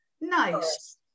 Nice